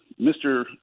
Mr